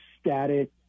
static